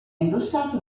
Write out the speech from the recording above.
indossato